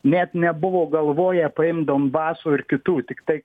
net nebuvo galvoję paimt donbaso ir kitų tiktai